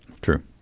True